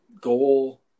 goal